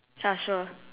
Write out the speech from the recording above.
ya sure